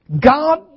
God